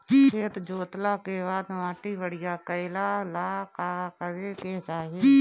खेत जोतला के बाद माटी बढ़िया कइला ला का करे के चाही?